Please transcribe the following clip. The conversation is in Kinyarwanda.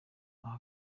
aha